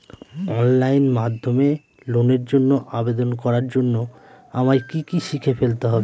Online মাধ্যমে লোনের জন্য আবেদন করার জন্য আমায় কি কি শিখে ফেলতে হবে?